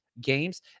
games